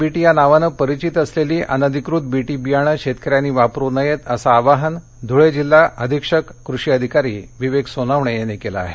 BT या नावाने परिचित असलेली अनधिकृत बीटी बियाणं शेतकर्यांनी वापरू नये असं आवाहन धुळे जिल्हा अधीक्षक कृषी अधिकारी विवेक सोनवणे यांनी केलं आहे